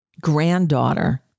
granddaughter